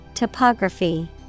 Topography